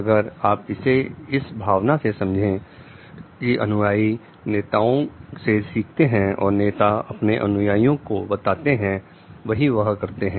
अगर आप इसे इस भावना से समझे की अनुयाई नेताओं से सीखते हैं और जो नेता अपने अनुयायियों को बताते हैं वही वह करते हैं